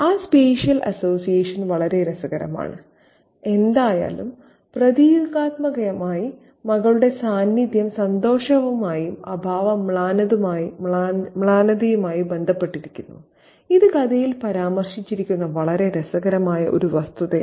ആ spatial association വളരെ രസകരമാണ് എന്തായാലും പ്രതീകാത്മകമായി മകളുടെ സാന്നിധ്യം സന്തോഷവുമായും അഭാവം മ്ലാനതയുമായും ബന്ധപ്പെട്ടിരിക്കുന്നു ഇത് കഥയിൽ പരാമർശിച്ചിരിക്കുന്ന വളരെ രസകരമായ ഒരു വസ്തുതയാണ്